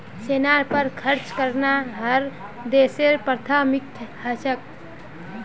सेनार पर खर्च करना हर देशेर प्राथमिकता ह छेक